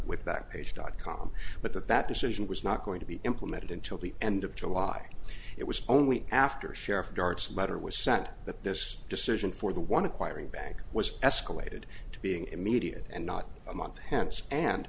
with back page dot com but that that decision was not going to be implemented until the end of july it was only after sheriff darts letter was sent that this decision for the one acquiring bank was escalated to being immediate and not a month hence and